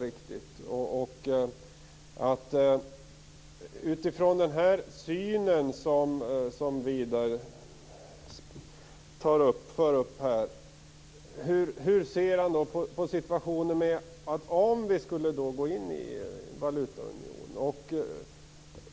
Men hur ser Widar Andersson utifrån den syn som han för upp här på situationen om vi skulle gå in i valutaunionen? Då skulle vi